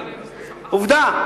עובדה,